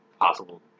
possible